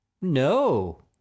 No